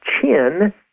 Chin